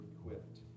equipped